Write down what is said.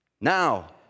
Now